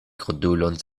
krudulon